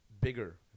bigger